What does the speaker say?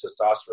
testosterone